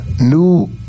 new